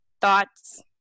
Thoughts